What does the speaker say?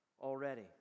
already